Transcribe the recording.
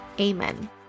Amen